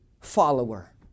follower